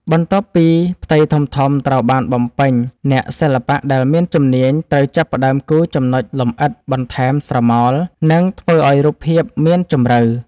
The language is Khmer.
បន្ទាប់ពីផ្ទៃធំៗត្រូវបានបំពេញ អ្នកសិល្បៈដែលមានជំនាញត្រូវចាប់ផ្ដើមគូរចំណុចលម្អិត បន្ថែមស្រមោល និងធ្វើឱ្យរូបភាពមានជម្រៅ។